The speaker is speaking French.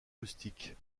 rustique